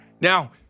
Now